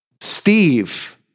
Steve